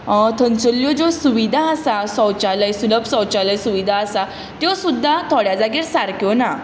थंयसल्ल्यो ज्यो सुविधा आसा सुलभ सौचालय सुविधा आसा त्यो सुद्दां थोड्या जाग्यार सारक्यो ना